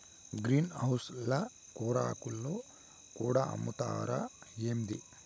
green house ల కూరాకులు కూడా అమ్ముతారా ఏంది